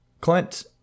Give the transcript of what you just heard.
clint